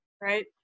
right